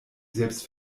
selbst